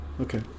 okay